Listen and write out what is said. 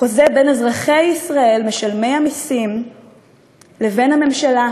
החוזה בין אזרחי ישראל משלמי המסים לבין הממשלה,